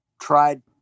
tried